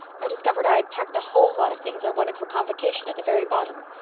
i discovered i had packed a whole lot of things i wanted for convocation at the very bottom.